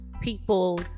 people